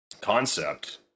concept